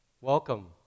Welcome